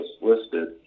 listed